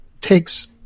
takes